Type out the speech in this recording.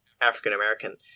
African-American